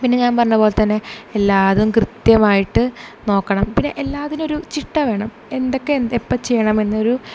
പിന്നെ ഞാൻ പറഞ്ഞ പോലെ തന്നെ എല്ലാതും കൃത്യമായിട്ട് നോക്കണം പിന്നെ എല്ലാത്തിനും ഒരു ചിട്ട വേണം എന്തക്കെ എപ്പം ചെയ്യണം എന്നൊരു